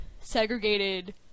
segregated